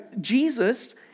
Jesus